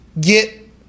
get